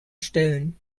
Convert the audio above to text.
stellen